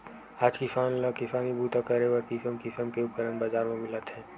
आज किसान ल किसानी बूता करे बर किसम किसम के उपकरन बजार म मिलत हे